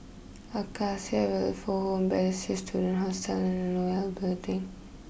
Acacia Welfare Home Balestier Student Hostel and Nol Building